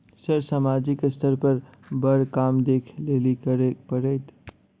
Sir सामाजिक स्तर पर बर काम देख लैलकी करऽ परतै?